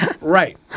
Right